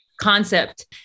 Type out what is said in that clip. concept